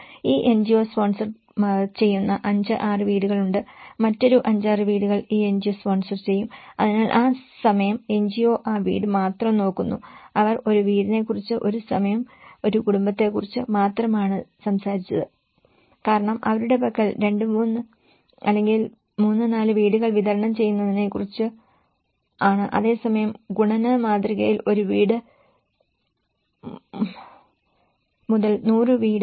ഈ NGO sponsor ചെയ്യുന്ന 5 6 വീടുകൾ ഉണ്ട് മറ്റൊരു 5 6 വീടുകൾ ഈ എൻജിഒ സ്പോൺസർ ചെയ്യും അതിനാൽ ആ സമയം എൻജിഒ ആ വീട് മാത്രം നോക്കുന്നു അവർ ഒരു വീടിനെ കുറിച്ച് ഒരു സമയം ഒരു കുടുംബത്തെ കുറിച്ച് മാത്രമാണ് സംസാരിച്ചത് കാരണം അവരുടെ കരാർ 2 അല്ലെങ്കിൽ 3 അല്ലെങ്കിൽ 4 വീടുകൾ വിതരണം ചെയ്യുന്നതിനെക്കുറിച്ചാണ് അതേസമയം ഗുണന മാതൃകയിൽ ഒരു വീട് മുതൽ 100 വീട് ആയി